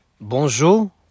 bonjour